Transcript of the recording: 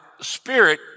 spirit